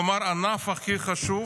כלומר את הענף הכי חשוב,